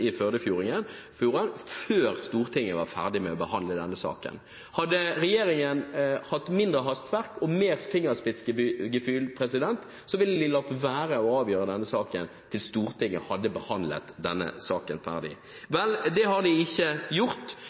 i Førdefjorden før Stortinget var ferdig med å behandle denne saken. Hadde regjeringen hatt mindre hastverk og mer fingerspitzgefühl, ville de latt være å avgjøre denne saken til Stortinget hadde behandlet den ferdig. Det har de ikke gjort,